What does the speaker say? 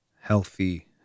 healthy